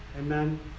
Amen